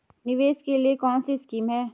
निवेश के लिए कौन कौनसी स्कीम हैं?